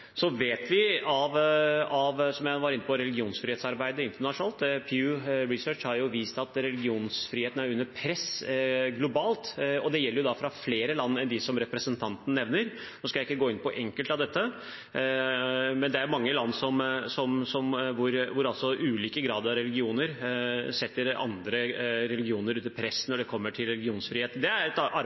Som jeg var inne på, vet vi av religionsfrihetsarbeidet internasjonalt at religionsfriheten er under press globalt, som Pew Research Center har vist, og fra flere land enn dem som representanten nevner. Nå skal jeg ikke gå inn på noe enkelt land, men det er mange land hvor en har religioner som setter andre religioner under press når det kommer til religionsfrihet. Det er et